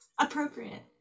Appropriate